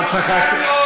לא צחקתי.